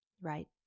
right